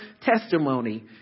testimony